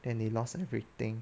then they lost everything